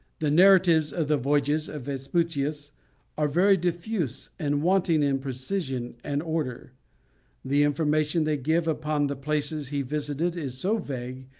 the narratives of the voyages of vespucius are very diffuse and wanting in precision and order the information they give upon the places he visited is so vague,